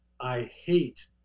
I-hate